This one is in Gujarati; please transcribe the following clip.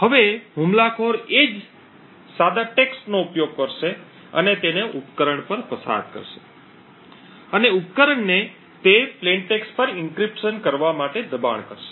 હવે હુમલાખોર એ જ સાદા ટેક્સ્ટ નો ઉપયોગ કરશે અને તેને ઉપકરણ પર પસાર કરશે અને ઉપકરણને તે સાદા ટેક્સ્ટ પર એન્ક્રિપ્શન કરવા દબાણ કરશે